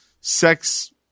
sex